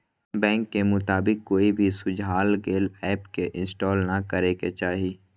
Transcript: bank के मुताबिक, कोई भी सुझाल गेल ऐप के इंस्टॉल नै करे के चाही